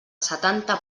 setanta